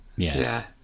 Yes